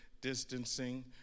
distancing